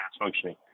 functioning